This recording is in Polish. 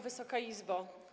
Wysoka Izbo!